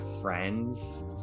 friends